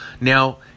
now